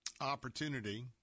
opportunity